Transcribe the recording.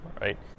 right